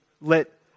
let